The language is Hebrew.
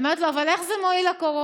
אני אומרת לו: אבל איך זה מועיל לקורונה?